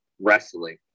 wrestling